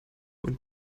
und